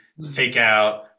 takeout